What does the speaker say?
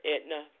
Edna